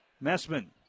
Messman